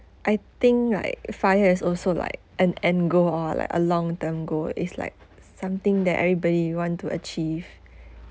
I think like if I has also like an end goal ah like a long term goal it's like something that everybody want to achieve